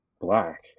Black